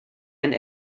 and